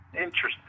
Interesting